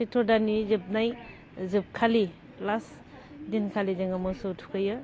सैत्र दाननि जोबनाय जोबखालि लास दिनखालि जोङो मोसौ थुखैयो